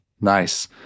Nice